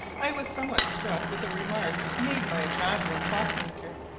i was somewhat struck with a remark made by a travelling clock-maker,